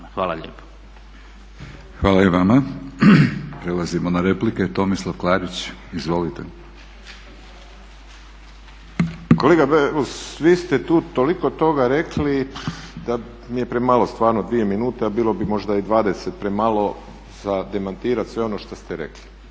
(HNS)** Hvala i vama. Prelazimo na replike. Tomislav Klarić. Izvolite. **Klarić, Tomislav (HDZ)** Kolega Beus vi ste tu toliko toga rekli da mi je premalo stvarno dvije minute, a bilo bi možda dvadeset premalo za demantirati sve ono što ste rekli.